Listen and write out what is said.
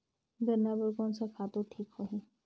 गन्ना बार कोन सा खातु ठीक होही?